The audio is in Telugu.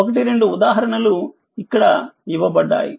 ఒకటి రెండుఉదాహరణలు ఇక్కడ ఇవ్వబడ్డాయి